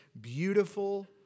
beautiful